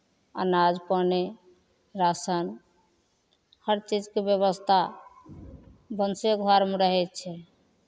अनाज पानि राशन हर चीजके व्यवस्था भनसे घरमे रहै छै